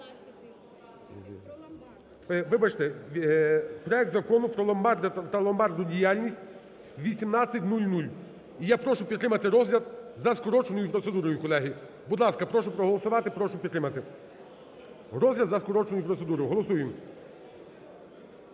Вибачте, проект Закону про ломбарди та ломбардну діяльність (1800). І я прошу підтримати розгляд за скороченою процедурою, колеги. Будь ласка, прошу проголосувати. Прошу підтримати. Розгляд за скороченою процедурою. Голосуємо.